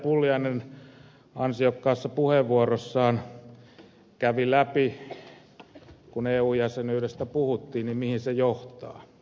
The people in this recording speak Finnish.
pulliainen ansiokkaassa puheenvuorossaan kävi läpi sitä mihin eu jäsenyyden kerrottiin johtavan kun jäsenyydestä puhuttiin